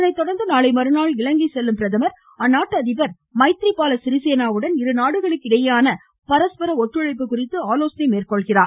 அதனைத்தொடா்ந்து நாளை மறுநாள் இலங்கை செல்லும் பிரதமர் அந்நாட்டு அதிபர் மைத்ரி பால சிறிசேனாவுடன் இரு நாடுகளுக்கு இடையேயான பரஸ்பர ஒத்துழைப்பு குறித்து ஆலோசனை நடத்துகிறார்